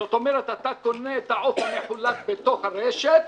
זאת אומרת שאתה קונה את העוף המחולק בתוך הרשת.